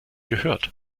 gehört